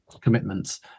commitments